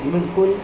बिल्कुलु